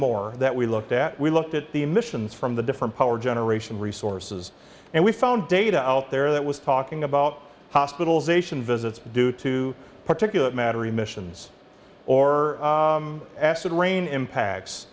more that we looked at we looked at the emissions from the different power generation resources and we found data out there that was talking about hospitalization visits due to particulate matter emissions or acid rain impacts